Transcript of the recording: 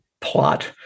plot